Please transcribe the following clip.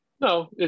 No